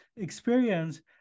experience